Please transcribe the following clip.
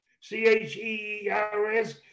C-H-E-E-R-S